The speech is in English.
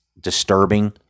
disturbing